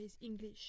English